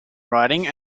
writing